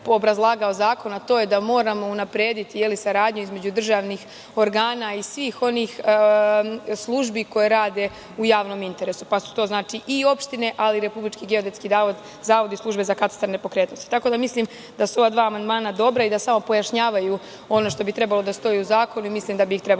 obrazlagao zakon, a to je da moramo unaprediti saradnju između dražvnih organa i svih onih službi koje rade u javnom interesu, pa su to znači, i opštine, ali i RGZ i službe za katastar nepokretnosti. Mislim da su ova dva amandmana dobra i da samo pojašnjavaju ono što bi trebalo da stoji u zakonu, i mislim da bi ih trebalo